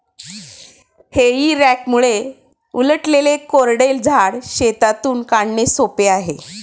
हेई रॅकमुळे उलटलेले कोरडे झाड शेतातून काढणे सोपे आहे